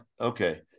okay